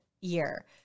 year